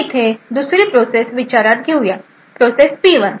आता येथे दुसरी प्रोसेस विचारात घेऊयात प्रोसेस पी 1